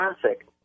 Classic